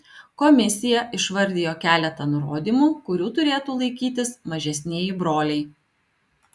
komisija išvardijo keletą nurodymų kurių turėtų laikytis mažesnieji broliai